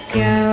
go